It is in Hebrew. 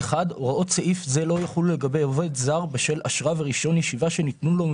להבראת כלכלת ישראל (תיקוני חקיקה להשגת יעדי התקציב